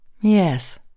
yes